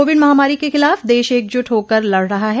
Covid महामारी के खिलाफ देश एकजुट होकर लड़ रहा है